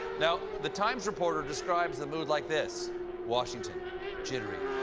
now, the times reporter describes the mood like this washington jittery,